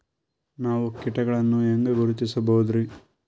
ನಾವು ಕೀಟಗಳನ್ನು ಹೆಂಗ ಗುರುತಿಸಬೋದರಿ?